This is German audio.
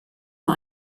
nur